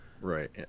right